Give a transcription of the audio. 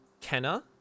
Kenna